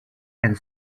and